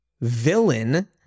villain